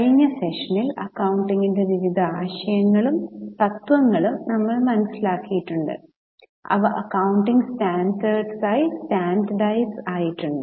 കഴിഞ്ഞ സെഷനിൽ അക്കൌണ്ടിങ്ന്റെ വിവിധ ആശയങ്ങളും തത്വങ്ങളും നമ്മൾ മനസ്സിലാക്കിയിട്ടുണ്ട് അവ അക്കൌണ്ടിംഗ് സ്റ്റാൻഡേർഡായി സ്റ്റാൻഡേർഡൈസ്ഡ് ആയിട്ടുണ്ട്